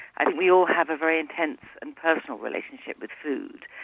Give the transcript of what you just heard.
and we all have a very intense and personal relationship with food.